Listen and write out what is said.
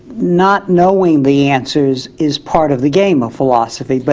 not knowing the answers is part of the game of philosophy, but